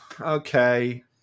okay